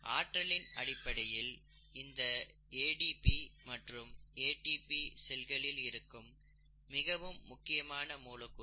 ஆற்றலின் அடிப்படையில் இந்த ADP மற்றும் ATP செல்களில் இருக்கும் மிகவும் முக்கியமான மூலக்கூறுகள்